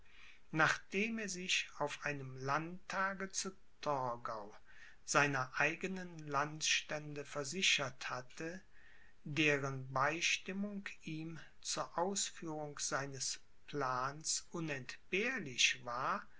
nachdem er sich auf einem landtage zu torgau seiner eigenen landstände versichert hatte deren beistimmung ihm zur ausführung seines plans unentbehrlich war